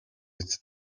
биз